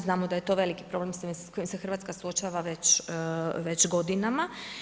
Znamo da je to veliki problem s kojim se Hrvatska suočava već godinama.